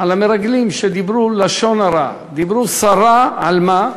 על המרגלים שדיברו לשון הרע, דיברו סרה, על מה?